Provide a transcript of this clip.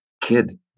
kid